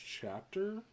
chapter